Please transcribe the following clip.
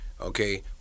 Okay